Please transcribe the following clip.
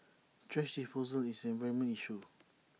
thrash disposal is an environmental issue